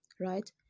right